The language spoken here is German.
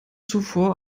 zuvor